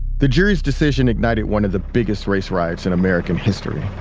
the jury's decision ignited one of the biggest race riots in american history